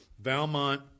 Valmont